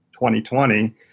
2020